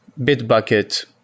Bitbucket